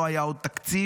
לא היה עוד תקציב,